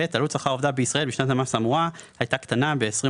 עלות שכר עובדיו בישראל בשנת המס האמורה הייתה קטנה ב-20